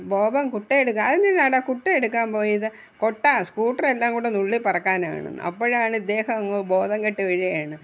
ബോബൻ കുട്ടയെടുക്കാൻ അതെന്തിനാടാ കുട്ടയെടുക്കാൻ പോയത് കുട്ട സ്കൂട്ടറെല്ലാം കൂടി നുള്ളിപെറുക്കാനാണെന്ന് അപ്പോഴാണ് ഇദ്ദേഹം അങ്ങ് ബോധം കെട്ട് വീഴുകയാണ്